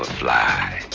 fly.